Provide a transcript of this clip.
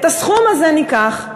את הסכום הזה ניקח,